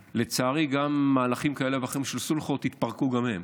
ולצערי מהלכים כאלה ואחרים של סולחות התפרקו גם הם.